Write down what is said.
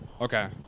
Okay